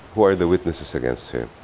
who are the witnesses against her.